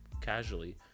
casually